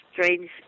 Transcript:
strange